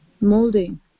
molding